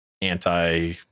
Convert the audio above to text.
anti